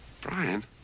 Brian